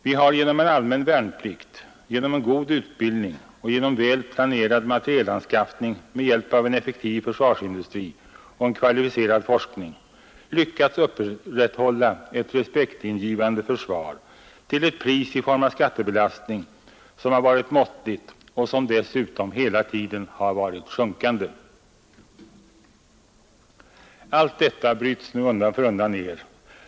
Vi har genom en allmän värnplikt, god utbildning och väl planerad materielanskaffning med hjälp av en effektiv försvarsindustri och kvalificerad forskning lyckats upprätthålla ett respektingivande försvar till ett pris i form av skattebelastning, som har varit måttligt och som dessutom hela tiden har varit sjunkande. Allt detta bryts nu undan för undan ner.